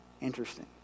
Interesting